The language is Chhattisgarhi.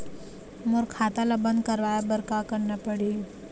मोर खाता ला बंद करवाए बर का करना पड़ही?